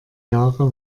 jahre